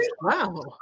wow